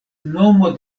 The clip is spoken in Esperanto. nomo